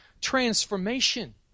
transformation